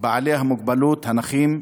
האנשים עם מוגבלות, הנכים,